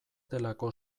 delako